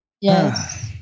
Yes